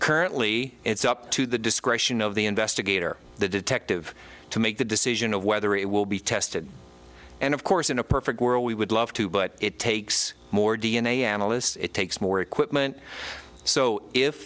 currently it's up to the discretion of the investigator the detective to make the decision of whether it will be tested and of course in a perfect world we would love to but it takes more d n a analysts it takes more equipment so if